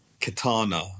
Katana